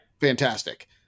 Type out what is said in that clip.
Fantastic